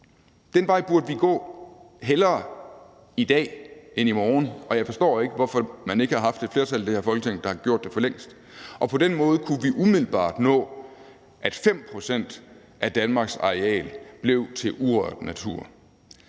Den vej burde vi gå, hellere i dag end i morgen, og jeg forstår ikke, hvorfor man ikke har haft et flertal i det her Folketing, der har gjort det for længst. På den måde kunne vi umiddelbart nå, at 5 pct. af Danmarks areal blev til urørt natur.